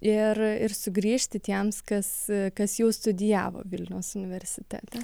ir ir sugrįžti tiems kas kas jau studijavo vilniaus universitete